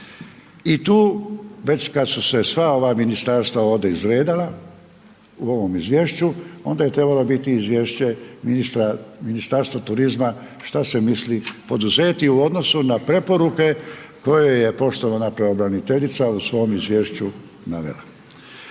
I tu već kad su se sva ova ministarstva ovdje izredala, u ovom izvješću, onda je trebalo biti i izvješće Ministarstva turizma šta se misli poduzeti u odnosu na preporuke koje je poštovana pravobraniteljica u svom izvješću navela.